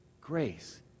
grace